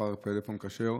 ובמספר טלפון כשר,